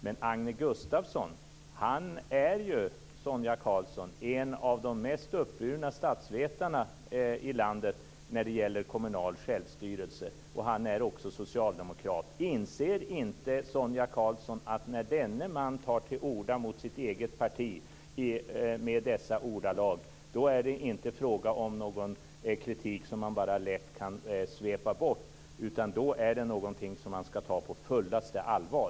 Men Agne Gustafsson är ju, Sonia Karlsson, en av de mest uppburna statsvetarna i landet när det gäller kommunal självstyrelse. Han är också socialdemokrat. Inser inte Sonia Karlsson att när denne man tar till orda mot sitt eget parti i dessa ordalag är det inte fråga om någon kritik som man bara lätt kan svepa bort? Då är det någonting som man ska ta på fullaste allvar.